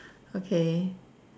okay